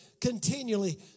continually